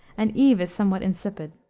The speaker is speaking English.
and eve is somewhat insipid.